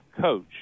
coach